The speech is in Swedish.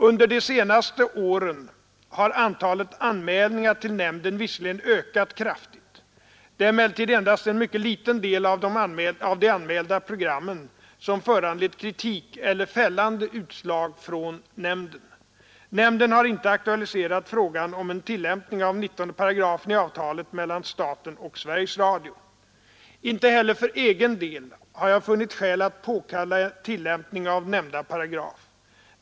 Under de senaste åren har antalet anmälningar till nämnden visserligen ökat kraftigt. Det är emellertid endast en mycket liten del av de anmälda programmen som föranlett kritik eller fällande utslag från nämnden. Nämnden har inte aktualiserat frågan om en tillämpning av 19 § i avtalet mellan staten och Sveriges Radio. Inte heller för egen del har jag funnit skäl att påkalla tillämpning av nämnda paragraf.